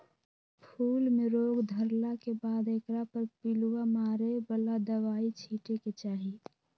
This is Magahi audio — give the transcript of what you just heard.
फूल में रोग धरला के बाद एकरा पर पिलुआ मारे बला दवाइ छिटे के चाही